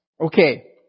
okay